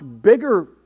bigger